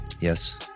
Yes